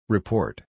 Report